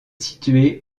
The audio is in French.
située